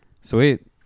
sweet